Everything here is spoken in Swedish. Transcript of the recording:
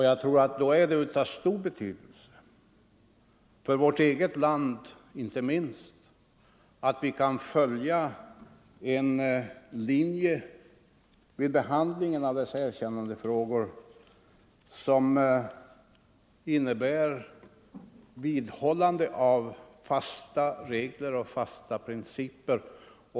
Jag tror att det då är av stor betydelse, inte minst för vårt eget land, att vi kan följa en linje vid behandlingen av sådana frågor, 17 en linje som innebär vidhållande av fasta regler och principer.